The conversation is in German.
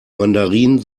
mandarin